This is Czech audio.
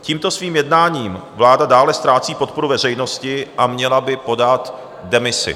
Tímto svým jednáním vláda dále ztrácí podporu veřejnosti a měla by podat demisi.